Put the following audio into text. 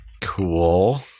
Cool